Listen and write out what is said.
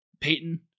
Peyton